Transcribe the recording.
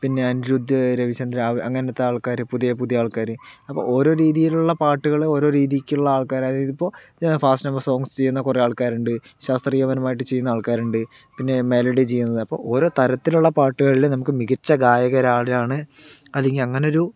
പിന്നെ അനിരുദ്ധ് രവിചന്ദ്രൻ അങ്ങനത്തെ ആൾക്കാർ പുതിയ പുതിയ ആൾക്കാർ അപ്പോൾ ഓരോ രീതിയിലുള്ള പാട്ടുകൾ ഓരോ രീതിക്കുള്ള ആൾക്കാർ അതായതിപ്പോൾ ഫാസ്റ്റ് നമ്പർ സോംഗ്സ് ചെയ്യുന്ന കുറേ ആൾക്കാരുണ്ട് ശാസ്ത്രീയ പരമായിട്ട് ചെയ്യുന്ന ആൾക്കാരുണ്ട് പിന്നെ മെലഡി ചെയ്യുന്നത് അപ്പോൾ ഓരോ തരത്തിലുള്ള പാട്ടുകളിൽ നമുക്ക് മികച്ച ഗായകരാരാണ് അല്ലങ്കിൽ അങ്ങനൊരു